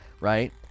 right